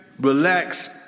relax